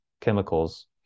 chemicals